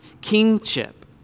kingship